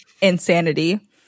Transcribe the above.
insanity